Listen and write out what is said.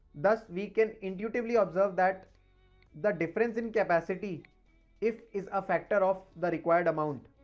thus we can intuitively observe that the difference in capacities if, is a factor of the required amount,